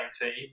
team